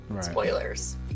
Spoilers